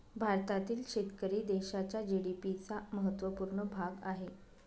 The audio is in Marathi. भारतातील शेतकरी देशाच्या जी.डी.पी चा महत्वपूर्ण भाग आहे